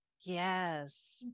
Yes